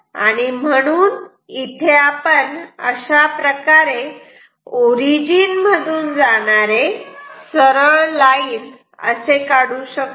आणि म्हणून इथे आपण अशाप्रकारे ओरिजिन मधून जाणारे सरळ लाईन असे काढू शकतो